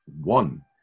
one